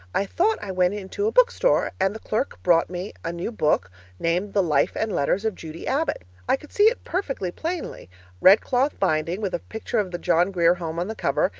i thought i went into a book store and the clerk brought me a new book named the life and letters of judy abbott. i could see it perfectly plainly red cloth binding with a picture of the john grier home on the cover,